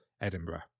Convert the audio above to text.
Edinburgh